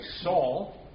Saul